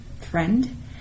friend